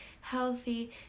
healthy